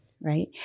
right